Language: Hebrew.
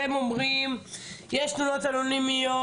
אתם אומרים שיש תלונות אנונימיות.